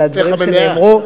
לדברים שנאמרו.